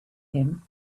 him